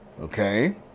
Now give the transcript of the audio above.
Okay